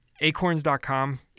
acorns.com